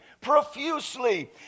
profusely